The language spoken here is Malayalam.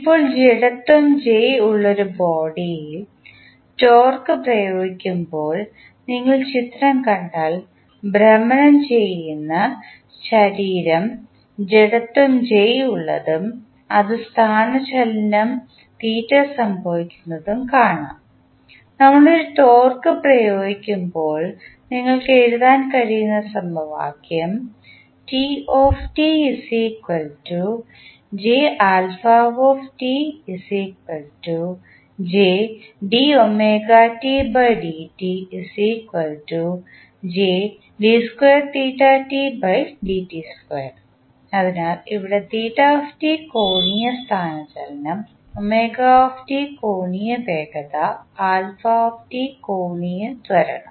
ഇപ്പോൾ ജഡത്വ J ഉള്ള ഒരു ബോഡിയിൽ ടോർക്ക് പ്രയോഗിക്കുമ്പോൾ നിങ്ങൾ ചിത്രം കണ്ടാൽ ഭ്രമണം ചെയ്യുന്ന ശരീരം ജഡത്വ J ഉള്ളതും അത് സ്ഥാനചലനം സംഭവിക്കുന്നതും കാണാം നമ്മൾ ഒരു ടോർക്ക് പ്രയോഗിക്കുമ്പോൾ നിങ്ങൾക്ക് എഴുതാൻ കഴിയുന്ന സമവാക്യം അതിനാൽ ഇവിടെ θ കോണീയ സ്ഥാനചലനം കോണീയ വേഗത കോണീയ ത്വരണം